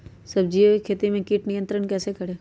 सब्जियों की खेती में कीट नियंत्रण कैसे करें?